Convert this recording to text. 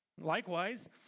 Likewise